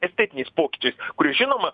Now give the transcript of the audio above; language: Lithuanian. estetiniais pokyčiais kurie žinoma